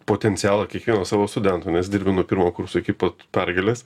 potencialą kiekvieno savo studento nes dirbi nuo pirmo kurso iki pat pergalės